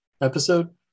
episode